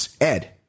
Ed